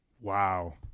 Wow